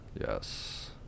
Yes